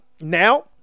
now